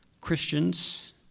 Christians